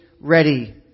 ready